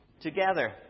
together